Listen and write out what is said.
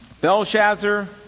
Belshazzar